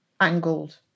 angled